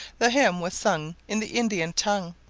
the hymn was sung in the indian tongue,